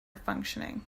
functioning